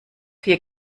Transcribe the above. vier